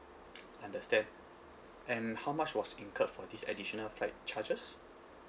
understand and how much was incurred for this additional flight charges